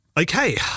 Okay